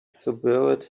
sobered